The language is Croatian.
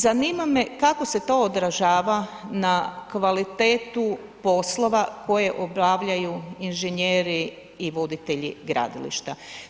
Zanima me kako se to odražava na kvalitetu poslova koje obavljaju inženjeri i voditelji gradilišta?